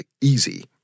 easy